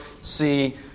see